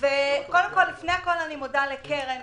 לפני הכול אני מודה לכל חברי הכנסת